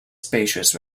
spacious